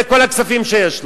זה כל הכספים שיש לו.